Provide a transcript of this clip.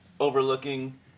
Overlooking